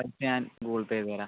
പൈസ ഞാൻ Google Pay ചെയ്ത് തരാം